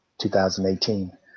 2018